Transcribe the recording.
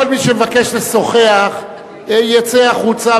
כל מי שמבקש לשוחח יצא החוצה,